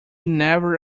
never